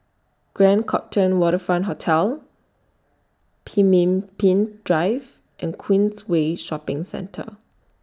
Grand Copthorne Waterfront Hotel Pemimpin Drive and Queensway Shopping Centre